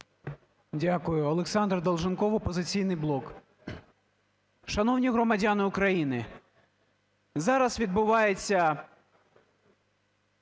Дякую. Олександр Долженков, "Опозиційний блок". Шановні громадяни України! Зараз відбувається